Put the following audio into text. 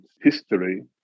history